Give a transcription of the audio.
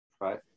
Right